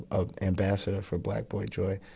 ah ambassador for black boy joy.